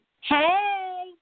Hey